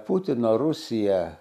putino rusija